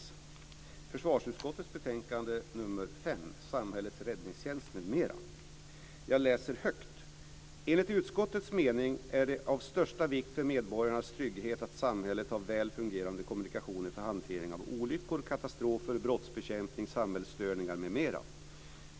Det var försvarsutskottets betänkande nr 5, Samhällets räddningstjänst, m.m. Jag läser högt ur den: "Enligt utskottets mening är det av största vikt för medborgarnas trygghet att samhället har väl fungerande kommunikationer för hantering av olyckor, katastrofer, brottsbekämpning, samhällsstörningar m.m.